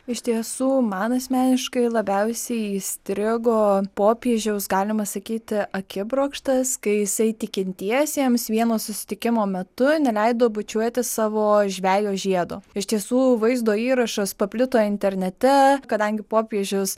iš tiesų man asmeniškai labiausiai įstrigo popiežiaus galima sakyti akibrokštas kai jisai tikintiesiems vieno susitikimo metu neleido bučiuoti savo žvejo žiedo iš tiesų vaizdo įrašas paplito internete kadangi popiežius